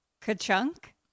Ka-chunk